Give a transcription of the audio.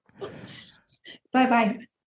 bye-bye